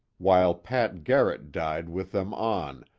while pat garrett died with them on,